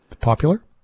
popular